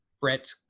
Brett